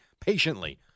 patiently